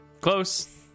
Close